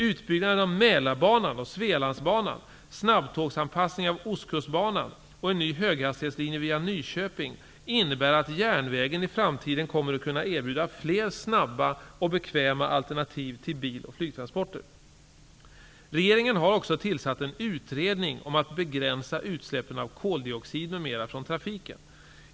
Utbyggnaden av Mälarbanan och Nyköping innebär att järnvägen i framtiden kommer att kunna erbjuda fler snabba och bekväma alternativ till bil och flygtransporter. Regeringen har också tillsatt en utredning om att begränsa utsläppen av koldioxid m.m. från trafiken.